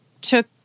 took